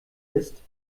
ist